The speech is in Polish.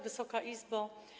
Wysoka Izbo!